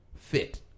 fit